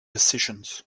decisions